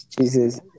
Jesus